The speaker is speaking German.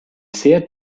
sehr